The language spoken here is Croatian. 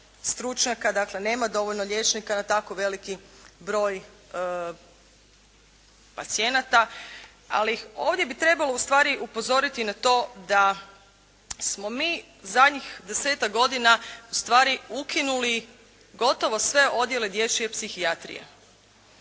stručnjaka, dakle nema dovoljno liječnika da tako veliki broj pacijenata. Ali ovdje bi trebalo ustvari upozoriti na to da smo mi zadnjih 10-tak godina ustvari ukinuli gotovo sve odjele dječje psihijatrije